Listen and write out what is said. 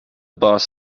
boss